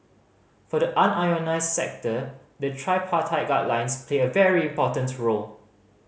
for the unionised sector the tripartite guidelines play a very important role